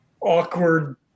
awkward